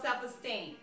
self-esteem